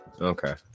Okay